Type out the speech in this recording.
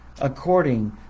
according